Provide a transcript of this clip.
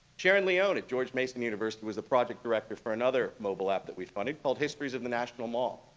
sharon leon at george mason university was a project director for another mobile app that we funded called histories of the national mall.